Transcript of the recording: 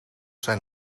zijn